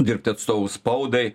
dirbti atstovu spaudai